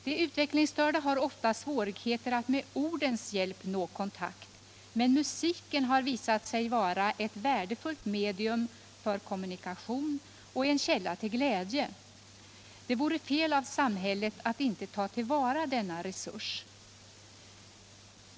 De utvecklingsstörda har ofta svårigheter att med ordens hjälp nå kontakt, men musiken har visat sig vara ett värdefullt medium för kommunikation och en källa till glädje. Det vore fel av samhället att inte ta till vara denna resurs.